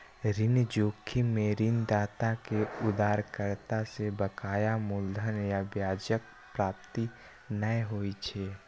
ऋण जोखिम मे ऋणदाता कें उधारकर्ता सं बकाया मूलधन आ ब्याजक प्राप्ति नै होइ छै